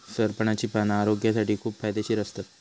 सरपणाची पाना आरोग्यासाठी खूप फायदेशीर असतत